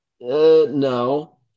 no